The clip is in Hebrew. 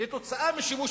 כתוצאה משימוש